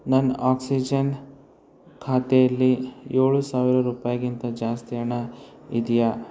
ನನ್ನ ಆಕ್ಸಿಜೆನ್ ಪಾತ್ರೆಲಿ ಏಳು ಸಾವಿರ ರೂಪಾಯಿಗಿಂತ ಜಾಸ್ತಿ ಹಣ ಇದೆಯಾ